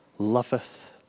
loveth